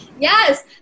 Yes